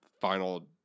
final